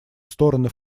стороны